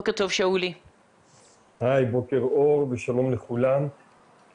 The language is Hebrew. בוקר טוב ושלום לכולם.